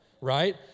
right